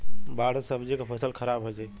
बाढ़ से सब्जी क फसल खराब हो जाई